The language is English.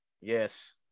Yes